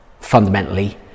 Fundamentally